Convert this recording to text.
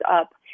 up